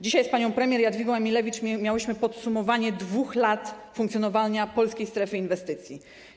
Dzisiaj z panią premier Jadwigą Emilewicz miałyśmy podsumowanie 2 lat funkcjonowania Polskiej Strefy Inwestycji.